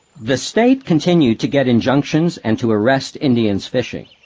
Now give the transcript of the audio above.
the state continued to get injunctions and to arrest indians fishing.